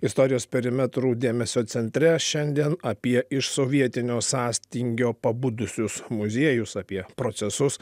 istorijos perimetrų dėmesio centre šiandien apie iš sovietinio sąstingio pabudusius muziejus apie procesus